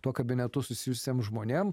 tuo kabinetu susijusiem žmonėm